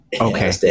Okay